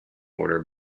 order